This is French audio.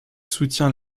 soutient